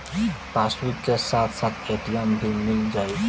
Passbook के साथ ATM भी मील जाई?